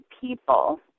people